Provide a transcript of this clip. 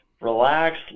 relax